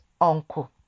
uncle